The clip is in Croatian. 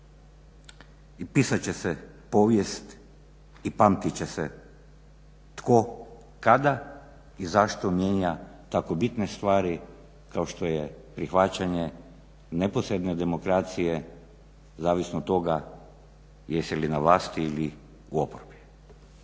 i pisat će se povijest i pamtit će se tko, kada i zašto mijenja tako bitne stvari kao što je prihvaćanje neposredne demokracije zavisno od toga jesi li na vlasti ili u oporbi.